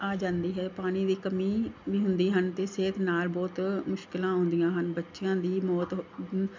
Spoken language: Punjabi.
ਆ ਜਾਂਦੀ ਹੈ ਪਾਣੀ ਦੀ ਕਮੀ ਵੀ ਹੁੰਦੀ ਹਨ ਅਤੇ ਸਿਹਤ ਨਾਲ ਬਹੁਤ ਮੁਸ਼ਕਲਾਂ ਆਉਂਦੀਆਂ ਹਨ ਬੱਚਿਆਂ ਦੀ ਮੌਤ ਬ